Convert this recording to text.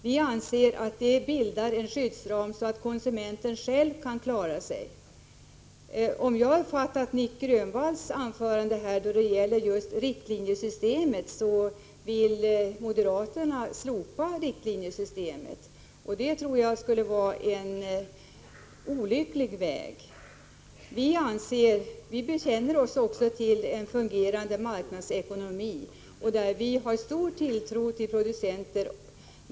Vi anser att detta bildar en skyddsram, så att konsumenten själv kan klara sig. Om jag har uppfattat Nic Grönvalls anförande rätt, vill moderaterna slopa riktlinjesystemet, och det tror jag skulle vara en olycklig väg. Vi bekänner oss också till en fungerande marknadsekonomi, där vi har stor tilltro till producenten.